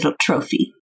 trophy